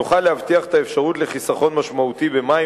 נוכל להבטיח את האפשרות לחיסכון משמעותי במים,